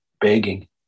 begging